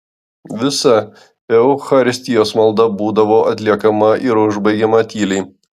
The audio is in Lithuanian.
visa eucharistijos malda būdavo atliekama ir užbaigiama tyliai